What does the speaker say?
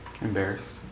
Embarrassed